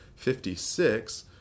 56